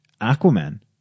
Aquaman